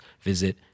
visit